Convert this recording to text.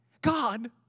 God